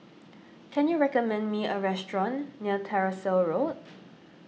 can you recommend me a restaurant near Tyersall Road